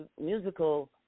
musical